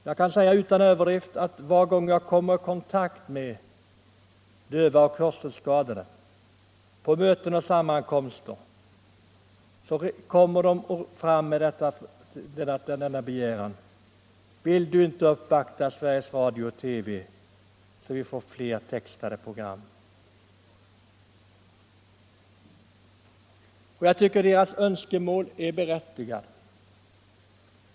Utan överdrift kan jag säga att varje gång jag kommer i kontakt med döva och hörselskadade på möten och sammankomster, säger de: ”Vill du inte uppvakta Sveriges Radio-TV så att vi får fler textade program?” Jag tycker deras önskemål är berättigade.